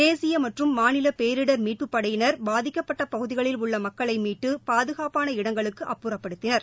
தேசிய மற்றும் மாநில பேரிடர் மீட்புப் படையினர் பாதிக்கப்பட்ட பகுதிகளில் உள்ள மக்களை மீட்டு பாதுகாப்பான இடங்களுக்கு அப்புறப்படுத்தினர்